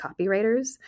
copywriters